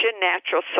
natural